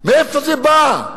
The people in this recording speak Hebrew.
מאיפה זה בא?